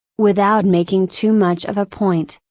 without making too much of a point,